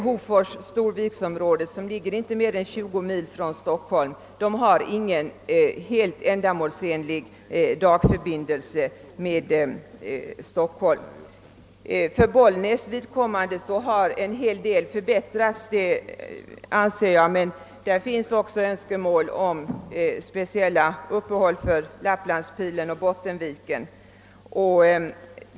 Hofors—Storviks-området, som inte ligger mer än 20 mil från Stockholm, har inte någon ändamålsenlig dagförbindelse med huvudstaden. Beträffande Bollnäs anser jag att en hel del förbättringar skett, men vi har där önskemål om speciella uppehåll för Lapplandspilen och Bottenviken.